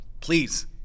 please